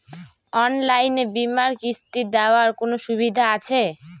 অনলাইনে বীমার কিস্তি দেওয়ার কোন সুবিধে আছে?